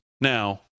now